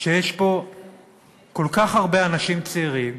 שיש פה כל כך הרבה אנשים צעירים